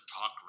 talk